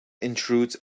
intrudes